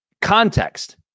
context